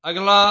ਅਗਲਾ